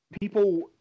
people